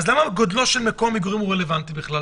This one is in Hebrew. אז למה גודלו של מקום המגורים הוא רלוונטי בכלל?